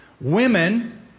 Women